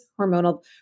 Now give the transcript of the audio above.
hormonal